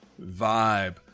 vibe